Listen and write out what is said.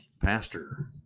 Pastor